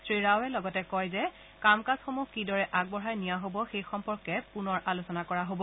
শ্ৰীৰাওৱে লগতে কয় যে কাম কাজসমূহ কিদৰে আগবঢ়াই নিয়া হ'ব সেই সম্পৰ্কে পুনৰ আলোচনা কৰা হ'ব